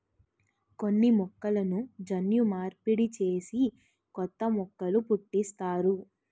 కొన్ని మొక్కలను జన్యు మార్పిడి చేసి కొత్త మొక్కలు పుట్టిస్తారు